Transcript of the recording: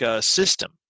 system